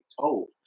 told